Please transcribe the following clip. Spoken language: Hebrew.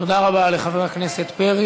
תודה רבה לחבר הכנסת פרי.